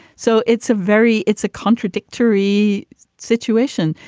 so it's a very it's a contradictory situation.